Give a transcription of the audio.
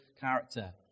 character